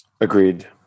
agreed